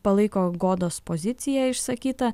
palaiko godos poziciją išsakytą